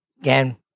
Again